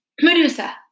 Medusa